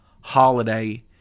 holiday